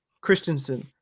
Christensen